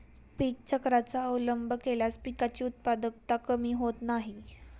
पीक चक्राचा अवलंब केल्यास पिकांची उत्पादकता कमी होत नाही